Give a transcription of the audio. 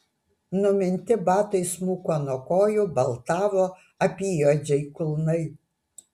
numinti batai smuko nuo kojų baltavo apyjuodžiai kulnai